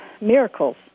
miracles